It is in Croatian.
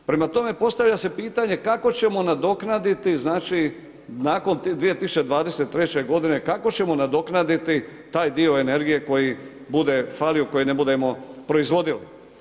Prema tome postavlja se pitanje kako ćemo nadoknaditi, znači nakon 2023. godine, kako ćemo nadoknaditi taj dio energije koji bude falio, koji ne budemo proizvodili?